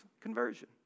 conversion